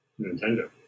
Nintendo